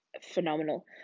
phenomenal